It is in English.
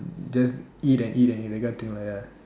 just eat and eat and cannot think like that ah